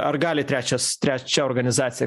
ar gali trečias trečia organizacija